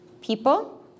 people